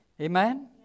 Amen